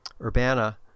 Urbana